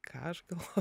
ką aš galvo